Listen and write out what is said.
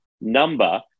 Number